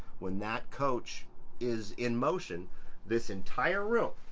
when that coach is in motion this entire room,